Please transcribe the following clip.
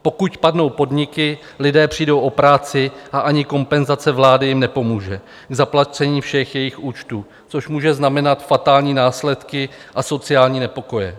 Pokud padnou podniky, lidé přijdou o práci a ani kompenzace vlády jim nepomůže k zaplacení všech jejich účtů, což může znamenat fatální následky a sociální nepokoje.